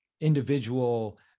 individual